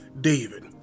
David